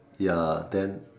ya then